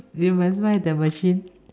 you must buy the machine